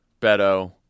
Beto